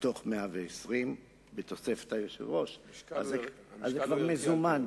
מתוך 120, בתוספת היושב-ראש, אז זה כבר "מזומן".